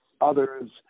others